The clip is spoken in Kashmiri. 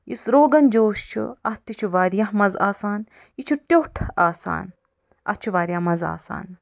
یُس روغن جوش چھُ اتھ تہِ چھُ واریاہ مزٕ آسان یہِ چھُ ٹیوٚٹھ آسان اتھ چھُ واریاہ مزٕ آسان